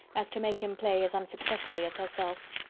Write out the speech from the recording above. as to make him play as unsuccessfully as herself.